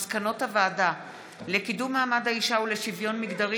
מסקנות הוועדה לקידום מעמד האישה ולשוויון מגדרי